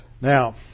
Now